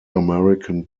american